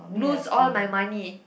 lose all my money